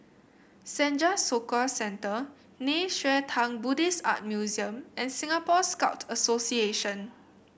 Senja Soka Centre Nei Xue Tang Buddhist Art Museum and Singapore Scout Association